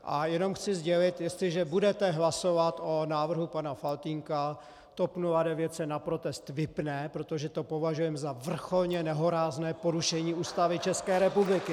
A jenom chci sdělit, jestliže budete hlasovat o návrhu pana Faltýnka, TOP 09 se na protest vypne, protože to považujeme za vrcholně nehorázné porušení Ústavy České republiky.